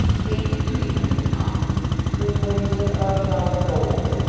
taking tweenwayes' arm tween wayes and i now go.